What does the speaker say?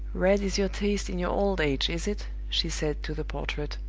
red is your taste in your old age is it? she said to the portrait.